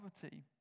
poverty